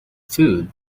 food